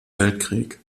weltkrieg